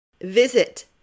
Visit